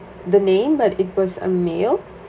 the name but it was a male